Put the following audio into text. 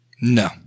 No